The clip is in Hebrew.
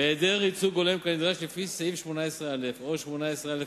בהיעדר ייצוג הולם, כנדרש לפי סעיף 18א או 18א(א)